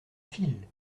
file